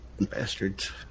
Bastards